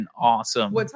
awesome